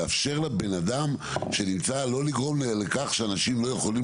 לאפשר לבן אדם שנמצא לא לגרום לכך שאנשים לא יכולים